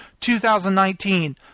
2019